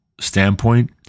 standpoint